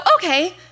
okay